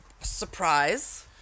surprise